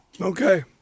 okay